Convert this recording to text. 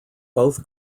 both